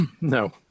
No